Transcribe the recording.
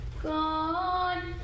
God